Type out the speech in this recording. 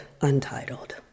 Untitled